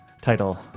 title